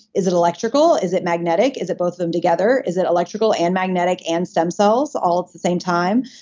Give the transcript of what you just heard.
is it electrical, is it magnetic, is it both of them together, is it electrical and magnetic and stem cells all at the same time?